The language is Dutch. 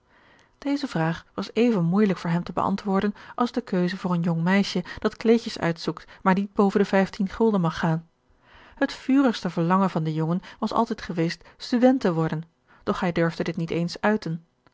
deze vraag was even moeijelijk voor hem te beantwoorden als de keuze voor een jong meisje dat kleedjes uitzoekt maar niet boven de vijftien gulden mag gaan het vurigste verlangen van den jongen was altijd geweest student te worden doch hij durfde dit niet eens uiten